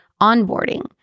onboarding